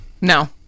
No